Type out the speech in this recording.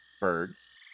birds